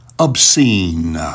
obscene